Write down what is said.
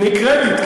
תני קרדיט,